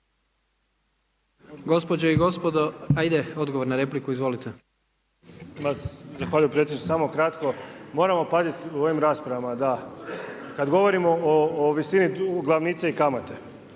Gospodine i gospodo. Ajde, odgovor na repliku, izvolite. **Čuraj, Stjepan (HNS)** Hvala predsjedniče, samo kratko. Moramo paziti u ovim raspravama kada govorimo o visini glavnice i kamate